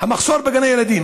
דנה במחסור בגני הילדים.